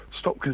Stop